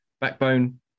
Backbone